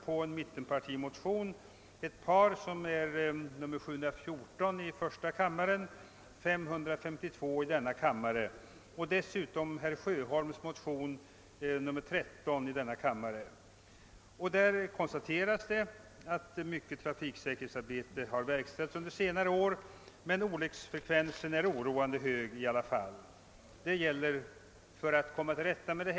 Som förhållandet nu är grundas ofta trafikbestämmelser på antaganden och inte på forskning och ordentlig utredning. Målsättningen för trafiksäkerhetsarbetet måste vara att genom bättre trafiksäkerhet nedbringa antalet dödade och svårt skadade.